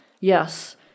yes